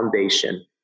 foundation